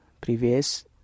previous